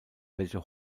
welche